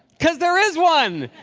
because there is one!